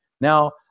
Now